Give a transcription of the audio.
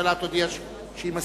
הממשלה רק תודיע שהיא מסכימה?